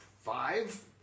five